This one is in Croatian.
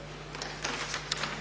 Hvala.